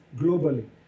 globally